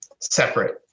separate